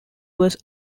was